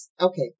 okay